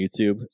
YouTube